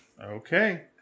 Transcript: Okay